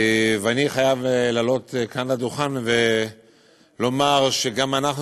ואני חייב לעלות כאן לדוכן ולומר שגם אנחנו,